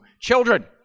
children